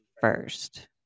first